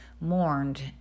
mourned